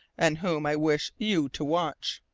and whom i wish you to watch.